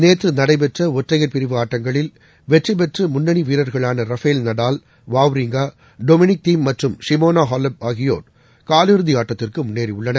நேற்றுநடைபெற்றஒற்றையர் பிரிவு ஆட்டங்களில் வெற்றிபெற்றுமுன்னணிவீரர்களானரஃபேல் நடால் டொமினிக் தீம் மற்றம் ஷிமோனாஹாலெப் வாவ்ரிங்கா ஆகியோர் காலிறுதிஆட்டத்திற்குமுன்னேறியுள்ளனர்